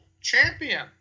champion